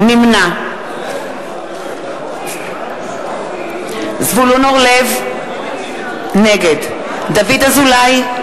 נמנע זבולון אורלב, נגד דוד אזולאי,